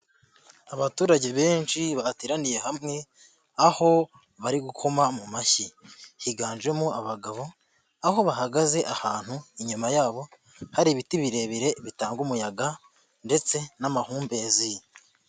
Abaturage benshi bateraniye hamwe aho bari gukoma mu mashyi, higanjemo abagabo aho bahagaze ahantu inyuma yabo hari ibiti birebire bitanga umuyaga ndetse n'amahumbezi.